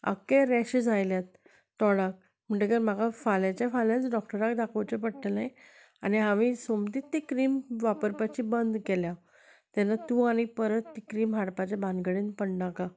आख्खे रॅशीज आयल्यात तोंडाक म्हणटकच म्हाका फाल्यांचे फाल्यांच डॉक्टराक दाखोवचें पडटलें आनी हांवें सोमतीच ती क्रीम वापरपाची बंद केल्या तेन्ना तूं आनी परत ती क्रीम हाडपाचे भानगडीन पडनाका